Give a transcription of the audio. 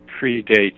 predates